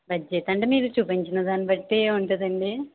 budget అంటే మీరు చూపించిన దాన్ని బట్టి ఉంటుందండీ